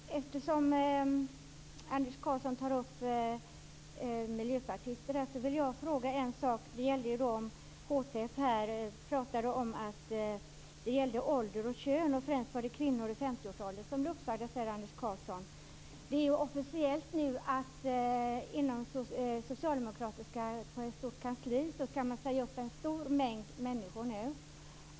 Fru talman! Eftersom Anders Karlsson nämner miljöpartister vill jag fråga en sak. Det gällde HTF, och man pratade om ålder och kön. Anders Karlsson sade att det var främst kvinnor i 50-årsåldern som blev uppsagda. Det är nu officiellt att man inom ett stort socialdemokratiskt kansli skall säga upp en stor mängd människor.